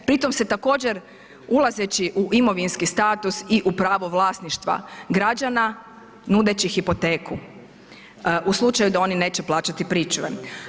Pri tom se također ulazeći u imovinski status i u pravo vlasništva građana nudeći hipoteku u slučaju da oni neće plaćati pričuve.